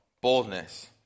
boldness